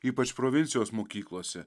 ypač provincijos mokyklose